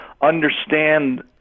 understand